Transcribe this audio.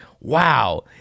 Wow